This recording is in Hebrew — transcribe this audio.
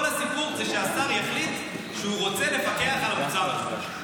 כל הסיפור הוא שהשר יחליט שהוא רוצה לפקח על המוצר הזה.